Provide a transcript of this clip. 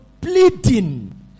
pleading